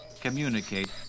communicate